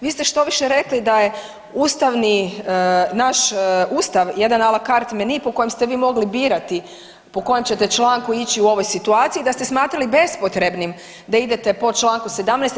Vi ste štoviše rekli da je ustavni naš Ustav jedan a la carte menu po kojem ste vi mogli birati po kojem ćete članku ići u ovoj situaciji, da ste smatrali bespotrebnim da idete po članku 17.